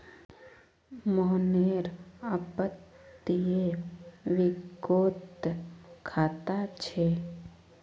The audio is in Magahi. मोहनेर अपततीये बैंकोत खाता छे